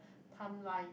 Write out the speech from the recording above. timeline